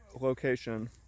location